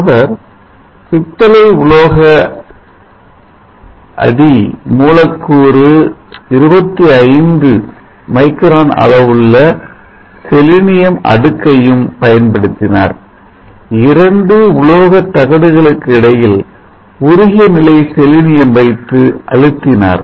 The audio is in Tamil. அவர் பித்தளை உலோக அடி மூலக்கூறு 25 மைக்ரான் அளவுள்ள செலினியம் அடுக்கையும் பயன்படுத்தினார் இரண்டு உலோக தகடுகளுக்கு இடையில் உருகிய நிலை செலினியம்வைத்து அழுத்தினார்